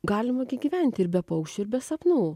galima gi gyventi ir be paukščių ir be sapnų